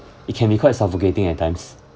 it can be quite suffocating at times